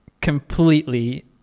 completely